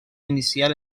inicial